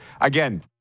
again